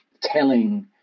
telling